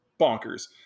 bonkers